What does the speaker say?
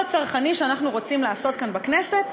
צרכני שאנחנו רוצים לעשות כאן בכנסת.